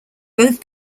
both